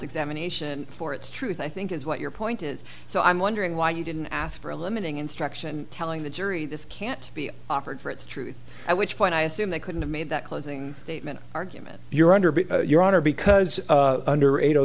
examination for its truth i think is what your point is so i'm wondering why you didn't ask for a limiting instruction telling the jury this can't be offered for its truth at which point i assume they couldn't made that closing statement argument you're under but your honor because under eight